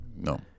No